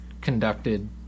conducted